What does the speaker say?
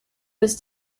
was